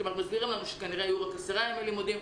מסבירים לנו שכנראה יהיו 10 ימי לימודים.